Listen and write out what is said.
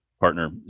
partner